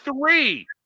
three